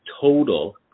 total